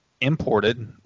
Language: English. imported